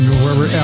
wherever